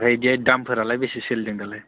ओमफ्राय दा दामफोरालाय बेसे सोलिदों दालाय